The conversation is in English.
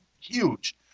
huge